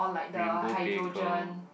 rainbow baker